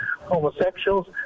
homosexuals